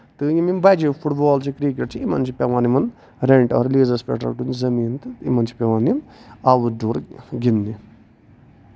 تہٕ یِم یِم بَجہِ فُٹ بال چھِ کِرکَٹ چھِ یِمن چھُ پیوان یِمن رینٹ اور رِلیٖزس پٮ۪ٹھ رَٹُن زٔمیٖن تہٕ یِمن چھُ پیوان یِم اَوُٹ ڈور گِندنہِ